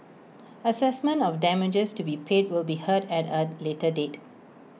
Assessment of damages to be paid will be heard at A later date